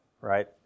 right